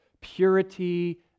purity